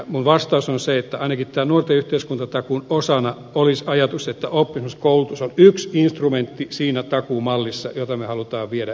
minun vastaukseni on se että ainakin tämän nuorten yhteiskuntatakuun osana olisi ajatus että oppisopimuskoulutus on yksi instrumentti siinä takuumallissa jota me haluamme viedä eteenpäin